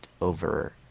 over